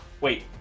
Wait